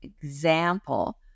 example